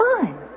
fine